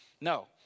No